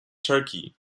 turkey